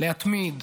להתמיד,